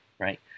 right